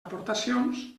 aportacions